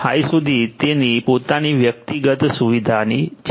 5 સુધી તેની પોતાની વ્યક્તિગત સુવિધાઓ છે